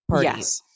Yes